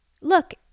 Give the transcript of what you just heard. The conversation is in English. Look